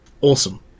Awesome